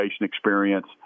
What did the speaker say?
experience